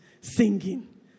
singing